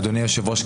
אדוני היושב-ראש,